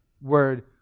word